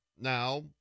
Now